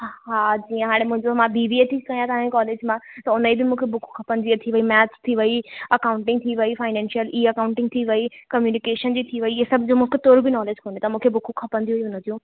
हा जीअं हाणे मुंहिंजो मां बीबीए थी कयां तव्हांजे कॉलेज मां त हुनजी मूंखे बुक खपंदी अची वई थी वई मैथ थी वई अकाउंटिंग थी वई फाइनैंशियल ई अकाउंटिंग थी वई कम्यूनिकेशन जी थी वई इअ सभु जी मूंखे तुर बि नॉलेज कोन्हे त मूंखे बुक खपंदी हुई हुन जूं